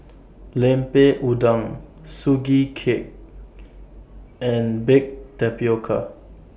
Lemper Udang Sugee Cake and Baked Tapioca